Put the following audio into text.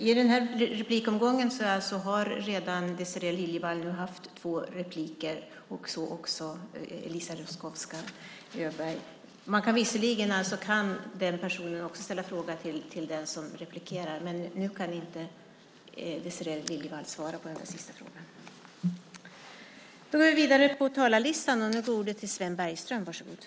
I den här replikomgången har Désirée Liljevall redan haft två repliker, och så även Eliza Roszkowska Öberg. Visserligen kan den personen också ställa en fråga till den som replikerar, men nu kan inte Désirée Liljevall svara på den sista frågan.